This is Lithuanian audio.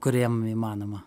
kuriem įmanoma